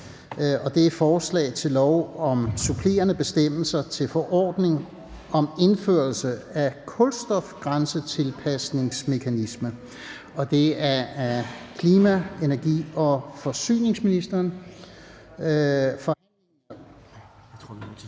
L 17: Forslag til lov om supplerende bestemmelser til forordning om indførelse af en kulstofgrænsetilpasningsmekanisme. Af klima-, energi- og forsyningsministeren